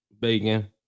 bacon